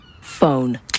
Phone